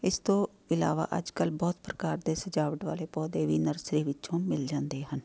ਇਸ ਤੋਂ ਇਲਾਵਾ ਅੱਜ ਕੱਲ੍ਹ ਬਹੁਤ ਪ੍ਰਕਾਰ ਦੇ ਸਜਾਵਟ ਵਾਲੇ ਪੌਦੇ ਵੀ ਨਰਸਰੀ ਵਿੱਚੋਂ ਮਿਲ ਜਾਂਦੇ ਹਨ